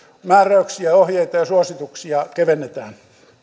määräyksiä ohjeita ja suosituksia kevennetään